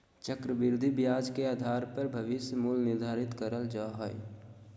चक्रविधि ब्याज के आधार पर भविष्य मूल्य निर्धारित करल जा हय